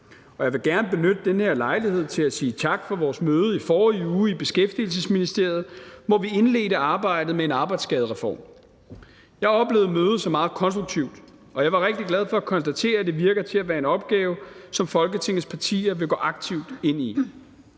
jeg vil gerne benytte den her lejlighed til at sige tak for vores møde i forrige uge i Beskæftigelsesministeriet, hvor vi indledte arbejdet med en arbejdsskadereform. Jeg oplevede mødet som meget konstruktivt, og jeg var rigtig glad for at konstatere, at det lader til at være en opgave, som Folketingets partier vil gå aktivt ind i.